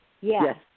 yes